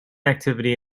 activity